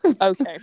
Okay